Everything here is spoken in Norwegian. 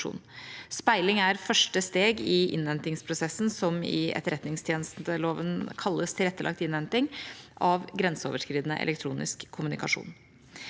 Speiling er første steg i innhentingsprosessen som i etterretningstjenesteloven kalles tilrettelagt innhenting av grenseoverskridende elektronisk kommunikasjon.